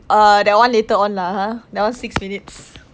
err that one later on lah ha that one six minutes